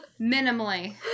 Minimally